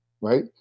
right